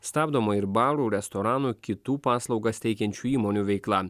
stabdoma ir barų restoranų kitų paslaugas teikiančių įmonių veikla